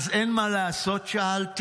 "אז אין מה לעשות?" שאלתי.